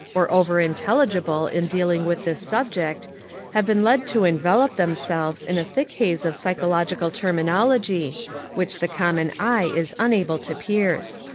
or over-intelligible in dealing with this subject have been led to envelop themselves in a thick haze of psychological terminology which the common eye is unable to pierce.